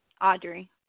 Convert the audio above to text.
Audrey